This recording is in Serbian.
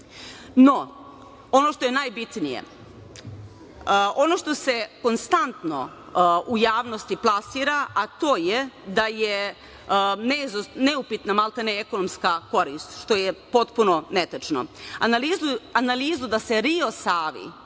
ono što je najbitnije, ono što se konstantno u javnosti plasira, a to je da je neupitna maltene ekonomska korist, što je potpuno netačno. Analizu da se Rio Savi